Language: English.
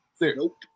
Nope